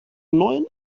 neuen